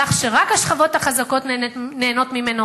מהלך שרק השכבות החזקות נהנות ממנו